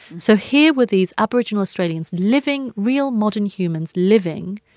so here were these aboriginal australians living real, modern humans living,